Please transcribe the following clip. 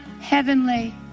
heavenly